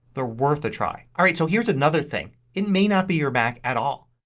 they're worth a try. alright so here's another things. it may not be your mac at all.